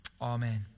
Amen